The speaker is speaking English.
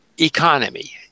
economy